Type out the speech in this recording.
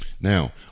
now